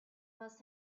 must